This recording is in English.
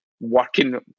working